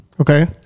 okay